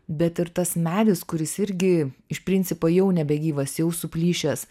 bet ir tas medis kuris irgi iš principo jau nebegyvas jau suplyšęs